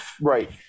right